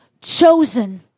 chosen